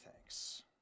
thanks